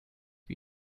wie